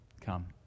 come